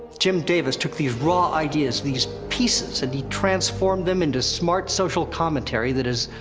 jim davis took these raw ideas, these pieces and he transformed them into smart social commentary that is.